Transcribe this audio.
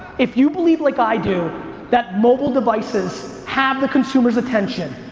if you believe like i do that mobile devices have the consumer's attention,